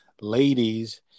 Ladies